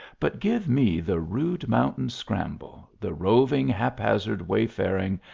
but give me the rude mountain scramble, the roving haphazard way-faring,